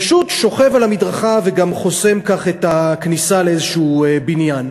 פשוט שוכב על המדרכה וגם חוסם כך את הכניסה לאיזשהו בניין.